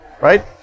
right